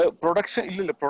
Production